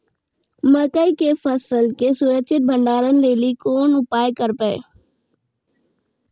मकई के फसल के सुरक्षित भंडारण लेली कोंन उपाय करबै?